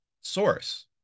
source